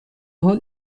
حال